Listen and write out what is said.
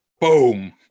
boom